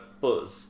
buzz